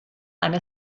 eine